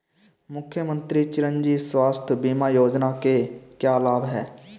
मुख्यमंत्री चिरंजी स्वास्थ्य बीमा योजना के क्या लाभ हैं?